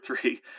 three